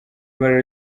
ibara